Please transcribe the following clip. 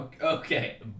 Okay